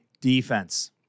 defense